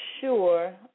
sure